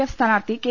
F സ്ഥാനാർഥി K